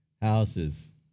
houses